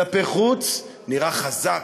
כלפי חוץ הוא נראה חזק: